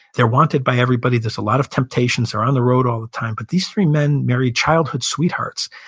they're wanted by everybody, there's a lot of temptations, they're on the road all the time. but these three men married childhood sweethearts,